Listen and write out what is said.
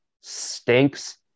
stinks